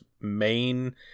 main